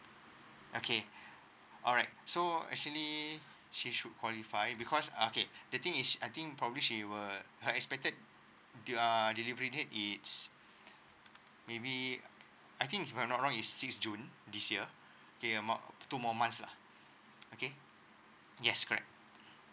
okay alright so actually she should qualify because uh okay the thing is I think probably she were her expected uh delivery date is maybe I think if I'm not wrong is sixth june this year okay more two more months lah okay yes correct